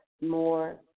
more